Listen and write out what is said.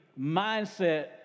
mindset